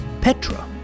Petra